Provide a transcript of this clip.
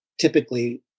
typically